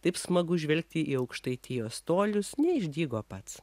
taip smagu žvelgti į aukštaitijos tolius neišdygo pats